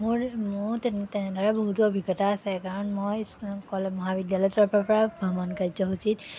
মোৰ মোৰ তে তেনেদৰে বহুতো অভিজ্ঞতা আছে কাৰণ মই স্কু মহাবিদ্যালয়ৰ তৰফৰ পৰা ভ্ৰমণ কাৰ্যসূচীত